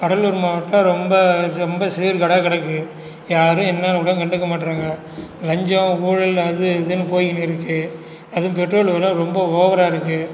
கடலூர் மாவட்டம் ரொம்ப ரொம்ப சீர் கேடா கிடக்கு யாரும் என்னென்னு கூட கண்டுக்க மாற்றாங்கள் லஞ்சம் ஊழல் அது இதுன்னு போயின்னு இருக்கு அதுவும் பெட்ரோல் விலை ரொம்ப ஓவராக இருக்கு